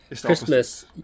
Christmas